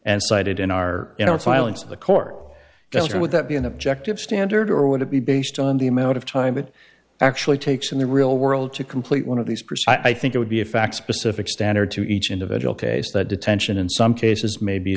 and cited in our in our silence of the court jester would that be an objective standard or would it be based on the amount of time it actually takes in the real world to complete one of these precise i think it would be a fact specific standard to each individual case that detention in some cases may be